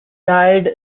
died